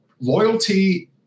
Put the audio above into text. loyalty